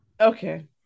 Okay